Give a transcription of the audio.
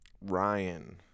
Ryan